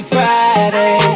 Friday